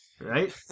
Right